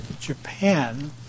Japan